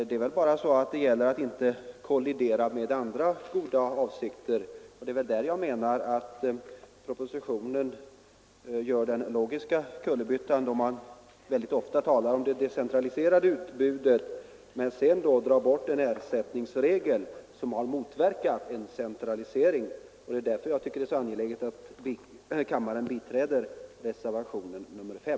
Det gäller bara att se till att det inte kolliderar med andra goda avsikter, och det är där jag menar att propositionen gör den logiska kullerbyttan att man mycket ofta talar om att decentralisera utbudet men samtidigt avskaffar en ersättningsregel som har motverkat centralisering. Det är därför jag tycker att det är så angeläget att kammaren biträder reservationen 5.